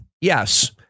Yes